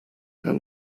how